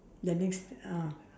the next d~ uh